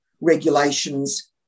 regulations